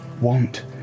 want